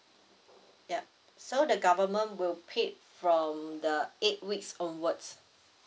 ya so the government will paid from the eight weeks onwards